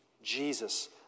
Jesus